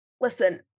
listen